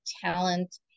talent